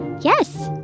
Yes